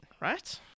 right